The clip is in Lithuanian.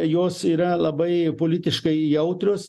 jos yra labai politiškai jautrios